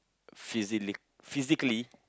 physillic~ physically